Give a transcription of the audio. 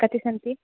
कति सन्ति